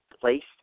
placed